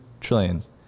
trillions